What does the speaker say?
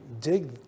dig